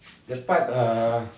the part uh